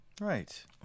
right